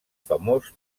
famós